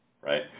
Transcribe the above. right